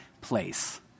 place